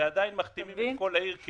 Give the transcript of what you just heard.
ועדיין מכתימים את כל העיר,